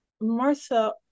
Martha